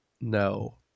no